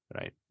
Right